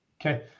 Okay